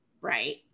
Right